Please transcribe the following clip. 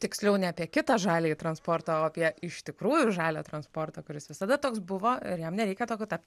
tiksliau ne apie kitą žaliąjį transportą o apie iš tikrųjų žalią transportą kuris visada toks buvo ir jam nereikia tokiu tapti